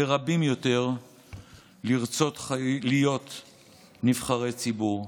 לרבים יותר לרצות להיות נבחרי ציבור.